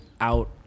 out